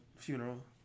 Funeral